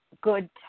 good